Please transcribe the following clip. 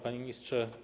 Panie Ministrze!